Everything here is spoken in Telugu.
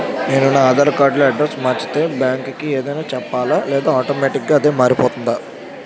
నేను నా ఆధార్ కార్డ్ లో అడ్రెస్స్ మార్చితే బ్యాంక్ కి ఏమైనా చెప్పాలా లేదా ఆటోమేటిక్గా అదే మారిపోతుందా?